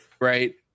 right